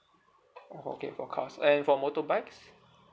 okay for cars and for motorbikes